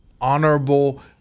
honorable